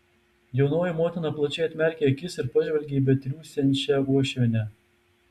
jaunoji motina plačiai atmerkė akis ir pažvelgė į betriūsiančią uošvienę